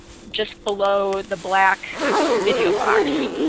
just below the black video box.